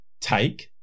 take